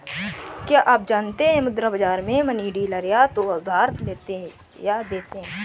क्या आप जानते है मुद्रा बाज़ार में मनी डीलर या तो उधार लेते या देते है?